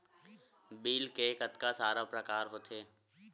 Bill के कतका सारा प्रकार होथे?